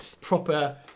proper